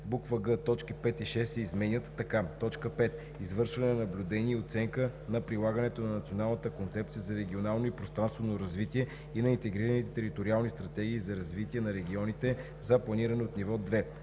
г) точки 5 и 6 се изменят така: „5. извършване на наблюдение и оценка на прилагането на Националната концепция за регионално и пространствено развитие и на интегрираните териториални стратегии за развитие на регионите за планиране от ниво 2;